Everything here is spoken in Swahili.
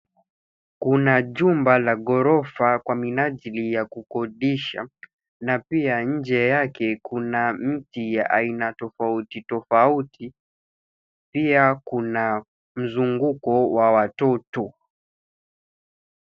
Kuna jumba la ghorofa kwa minajili ya kukodisha na pia nje yake kuna mti ya aina tofauti tofauti pia kuna mzunguko wa watoto.